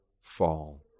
fall